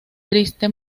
triste